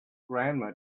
grandma